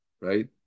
Right